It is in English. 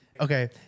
Okay